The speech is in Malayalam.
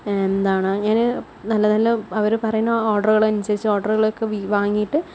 എന്താണ് ഞാൻ നല്ല നല്ല അവര് പറയുന്ന ഓർഡറുകളനുസരിച്ച് ഓർഡറുകളൊക്കെ വാങ്ങിയിട്ട്